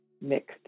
mixed